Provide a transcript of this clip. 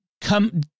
come